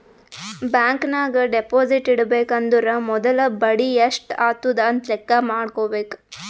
bank ನಾಗ್ deposit ಇಡಬೇಕ ಅಂದುರ್ ಮೊದುಲ ಬಡಿ ಎಸ್ಟ್ ಆತುದ್ ಅಂತ್ ಲೆಕ್ಕಾ ಮಾಡ್ಕೋಬೇಕ